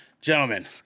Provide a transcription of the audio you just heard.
Gentlemen